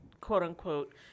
quote-unquote